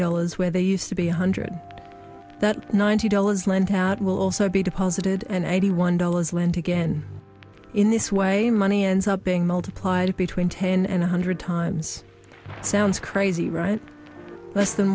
dollars where they used to be one hundred that ninety dollars lent out will also be deposited and eighty one dollars lent again in this way money ends up being multiplied between ten and a hundred times it sounds crazy right less than